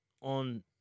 on